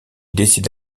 décide